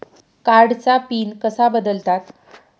कार्डचा पिन कसा बदलतात?